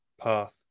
path